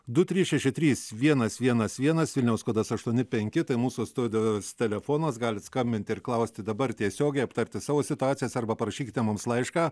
du trys šeši trys vienas vienas vienas vilniaus kodas aštuoni penki tai mūsų studios telefonas galit skambinti ir klausti dabar tiesiogiai aptarti savo situacijos arba parašykite mums laišką